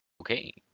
Okay